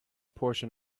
portion